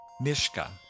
Mishka